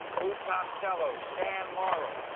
lou costello, stan laurel,